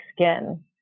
skin